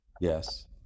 Yes